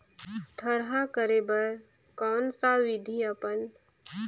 थरहा करे बर कौन सा विधि अपन?